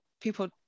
people